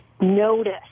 notice